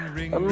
ring